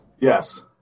Yes